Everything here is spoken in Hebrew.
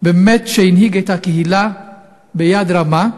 שבאמת הנהיג את הקהילה ביד רמה,